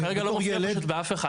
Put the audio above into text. הוא כרגע לא מופיע פשוט באף אחד.